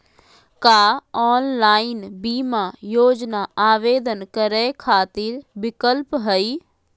का ऑनलाइन बीमा योजना आवेदन करै खातिर विक्लप हई?